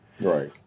Right